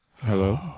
Hello